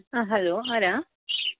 ആ ഹലോ ആരാ